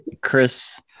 Chris